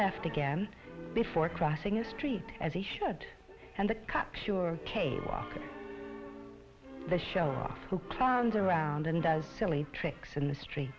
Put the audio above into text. left again before crossing a street as he should and the cop sure cable the show who comes around and does silly tricks in the street